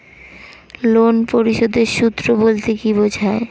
Loan পরিশোধের সূএ বলতে কি বোঝায়?